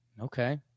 Okay